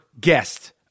guest